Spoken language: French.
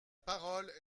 parole